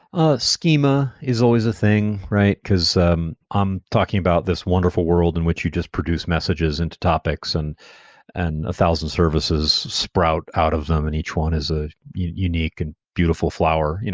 ah schema is always a thing, right? because um i'm talking about this wonderful world in which you just produce messages into topics and and thousands services sprout out of them, and each one is a unique and beautiful flower,